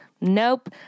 nope